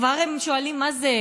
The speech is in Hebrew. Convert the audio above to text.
כבר הם שואלים: מה זה,